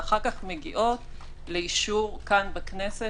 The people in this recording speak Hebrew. ואחר כך מגיעות לאישור של הוועדה כאן בכנסת.